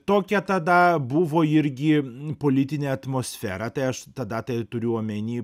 tokią tada buvo irgi politinė atmosfera tai aš tada tai turiu omeny